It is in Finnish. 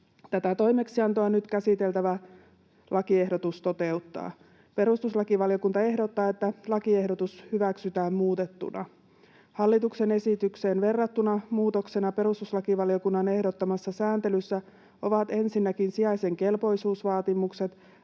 Tätä toimeksiantoa nyt käsiteltävä lakiehdotus toteuttaa. Perustuslakivaliokunta ehdottaa, että lakiehdotus hyväksytään muutettuna. Hallituksen esitykseen verrattuna muutoksena perustuslakivaliokunnan ehdottamassa sääntelyssä ovat ensinnäkin sijaisen kelpoisuusvaatimukset: